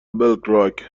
بلکراک